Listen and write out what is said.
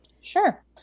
Sure